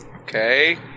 Okay